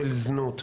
של זנות,